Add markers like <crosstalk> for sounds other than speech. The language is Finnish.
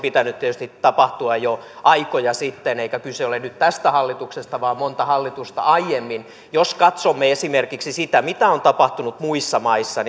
tietysti pitänyt tapahtua jo aikoja sitten eikä kyse ole nyt tästä hallituksesta vaan monta hallitusta aiemmin jos katsomme esimerkiksi sitä mitä on tapahtunut muissa maissa <unintelligible>